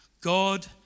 God